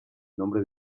nombre